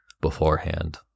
beforehand